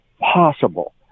possible